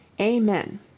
Amen